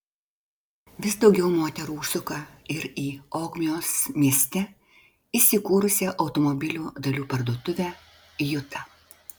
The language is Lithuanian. vis daugiau moterų užsuka ir į ogmios mieste įsikūrusią automobilių dalių parduotuvę juta